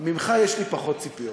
ממך יש לי פחות ציפיות,